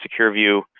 SecureView